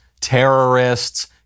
terrorists